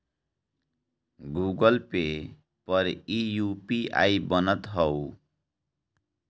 Google pay पर इ UPI बनत हअ